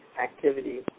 activity